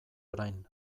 orain